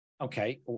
Okay